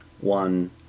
One